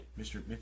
Mr